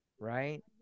right